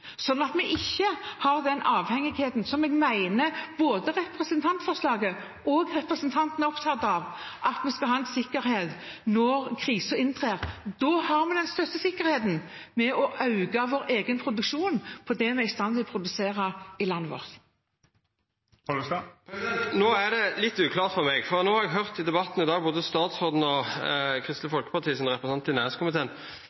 at vi ikke har den avhengigheten som jeg mener både representantforslaget og representanten er opptatt av – at vi skal ha en sikkerhet når kriser inntrer. Da har vi den største sikkerheten i å øke vår egen produksjon av det vi er i stand til å produsere i landet vårt. No er det litt uklart for meg, for no har eg høyrt i debatten i dag at både statsråden og